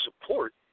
support